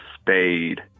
spade